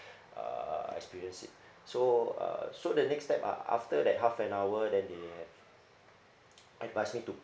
uh experienced it so uh so the next step uh after that half an hour then they have advised me to